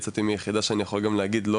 אני יצאתי מיחידה שאני יכול להגיד גם לא,